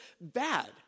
bad